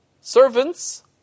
servants